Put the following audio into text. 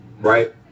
right